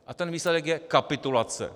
A ten výsledek je kapitulace.